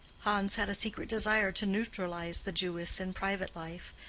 hans had a secret desire to neutralize the jewess in private life,